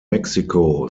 mexico